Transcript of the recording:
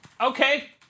Okay